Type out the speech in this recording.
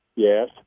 Yes